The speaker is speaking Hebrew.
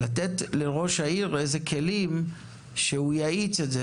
לתת לראש העיר כלים כלשהם כדי שהוא יאיץ את זה,